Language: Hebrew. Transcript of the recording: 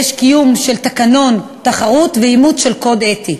יש קיום של תקנון תחרות ואימוץ של קוד אתי.